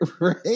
right